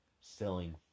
selling